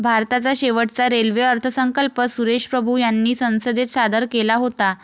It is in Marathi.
भारताचा शेवटचा रेल्वे अर्थसंकल्प सुरेश प्रभू यांनी संसदेत सादर केला होता